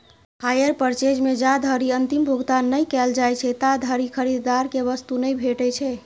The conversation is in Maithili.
हायर पर्चेज मे जाधरि अंतिम भुगतान नहि कैल जाइ छै, ताधरि खरीदार कें वस्तु नहि भेटै छै